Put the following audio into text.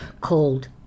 called